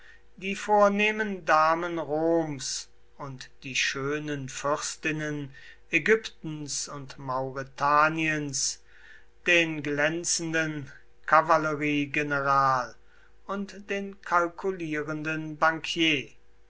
die vornehmen damen roms und die schönen fürstinnen ägyptens und mauretaniens den glänzenden kavalleriegeneral und den kalkulierenden bankier